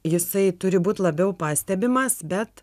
jisai turi būt labiau pastebimas bet